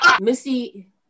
Missy